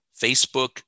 Facebook